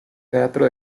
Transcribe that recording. teatro